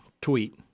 tweet